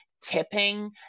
tipping